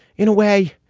in a way,